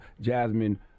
Jasmine